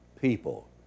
people